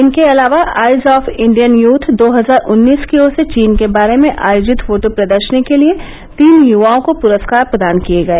इनके अलावा eyes of Indian youth दो हजार उन्नीस की ओर से चीन के बारे में आयोजित फोटो प्रदर्शनी के लिए तीन यूवाओं को पूरस्कार प्रदान किये गए